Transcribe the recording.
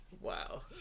Wow